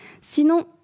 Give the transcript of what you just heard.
Sinon